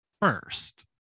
first